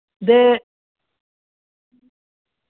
दे